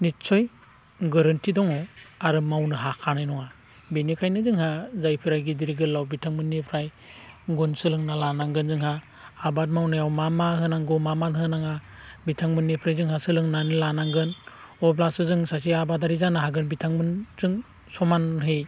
नितस्य गोरोनथि दङ आरो मावनो हाखानाय नङा बेनिखायनो जोंहा जायफोरा गिदिर गोलाव बिथांमोननिफ्राय गुन सोलोंना लानांगोन जोंहा आबाद मावनायाव मा मा होनांगौ मा मा होनाङा बिथांमोननिफ्राय जोंहा सोलोंनानै लानांगोन अब्लासो जों सासे आबादारि जानो हागोन बिथांमोनजों हागोन समानहै